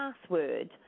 password